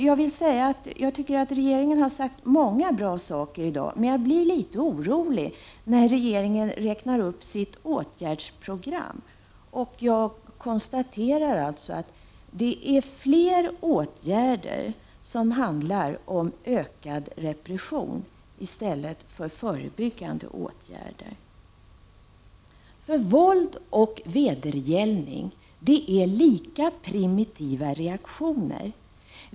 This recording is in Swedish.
Jag vill säga att jag tycker att regeringens företrädare har sagt många bra saker i dag, men jag blir litet orolig när regeringens företrädare räknar upp sitt åtgärdsprogram. Jag konstaterar alltså att det innehåller fler åtgärder som handlar om ökad repression än om förebyggande åtgärder. För våld och vedergällning är lika primitiva reaktioner.